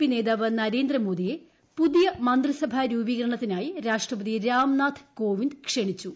P നേതാവ് നരേന്ദ്രമോദിയെ പുതിയ മന്ത്രിസഭ രൂപീകരണത്തിനായി രാഷ്ട്രപതി രാംനാഥ് കോവിന്ദ് ക്ഷണിച്ചു